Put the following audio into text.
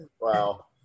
wow